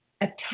attack